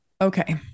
Okay